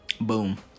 Boom